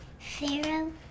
Pharaoh